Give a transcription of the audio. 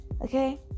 okay